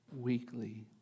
weekly